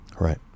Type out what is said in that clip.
Right